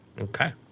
Okay